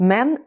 Men